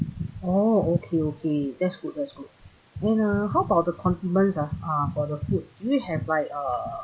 orh okay okay that's good that's good and uh how about the condiments ah uh for the food do you have like uh